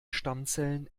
stammzellen